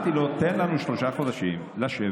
אז אמרתי לו: תן לנו שלושה חודשים לשבת